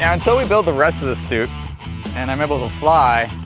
and until we build the rest of this suit and i'm able to fly.